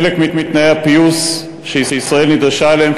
חלק מתנאי הפיוס שישראל נדרשה אליהם,